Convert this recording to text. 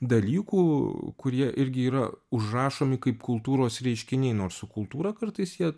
dalykų kurie irgi yra užrašomi kaip kultūros reiškiniai nors su kultūra kartais jie